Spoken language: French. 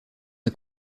est